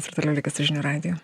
jūs ir toliau likit su žinių radiju